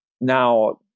now